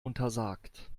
untersagt